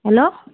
hello